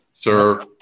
Sir